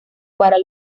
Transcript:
para